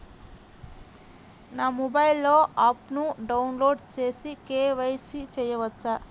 నా మొబైల్లో ఆప్ను డౌన్లోడ్ చేసి కే.వై.సి చేయచ్చా?